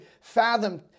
fathom